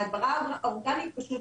בהדברה אורגנית כתוב,